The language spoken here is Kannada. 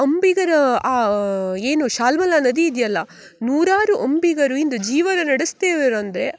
ಅಂಬಿಗರ ಆ ಏನು ಶಾಲ್ಮಲಾ ನದಿ ಇದೆಯಲ್ಲ ನೂರಾರು ಅಂಬಿಗರು ಇಂದು ಜೀವನ ನಡಸ್ತಿದರೆ ಅಂದರೆ